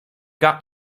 got